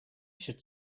should